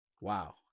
Wow